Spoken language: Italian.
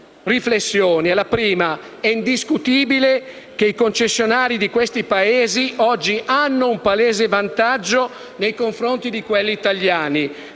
è che è indiscutibile che i concessionari di questi Paesi hanno oggi un palese vantaggio nei confronti di quelli italiani,